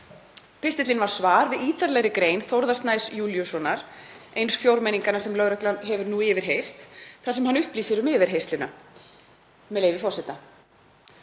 Pistillinn var svar við ítarlegri grein Þórðar Snæs Júlíussonar, eins fjórmenninganna sem lögreglan hefur nú yfirheyrt, þar sem hann upplýsir um yfirheyrsluna, með leyfi forseta: